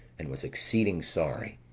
and was exceeding sorry,